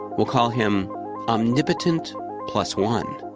we'll call him omnipotent plus one!